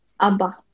ABBA